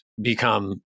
become